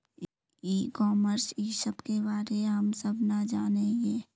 ई commerce इस सब के बारे हम सब ना जाने हीये?